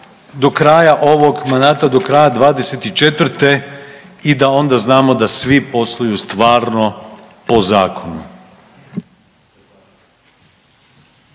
do kraja ovog mandata, do kraja '24. i da onda znamo da svi posluju stvarno po zakonu.